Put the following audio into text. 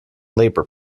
labor